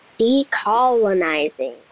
decolonizing